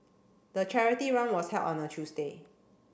the charity run was held on a Tuesday